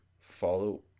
Follow